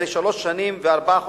זה שלוש שנים וארבעה חודשים.